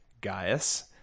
Gaius